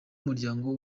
muryango